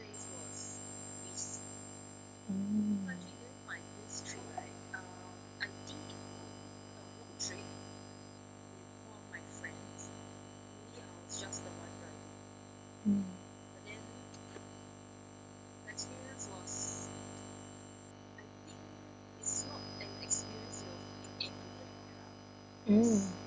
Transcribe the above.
mm mm mm